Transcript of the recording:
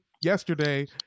yesterday